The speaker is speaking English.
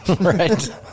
Right